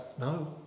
no